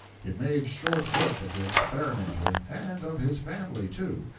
it made short work of the experimenter and of his family, too,